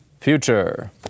future